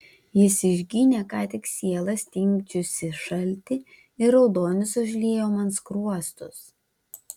jis išginė ką tik sielą stingdžiusį šaltį ir raudonis užliejo man skruostus